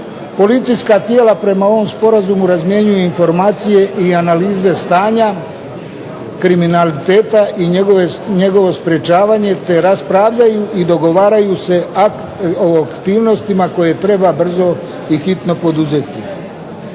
Policijska tijela prema ovom sporazumu razmjenjuju informacije i analize stanja kriminaliteta i njegovo sprečavanje te raspravljaju i dogovaraju se o aktivnostima koje treba brzo i hitno poduzeti.